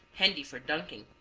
handy for dunking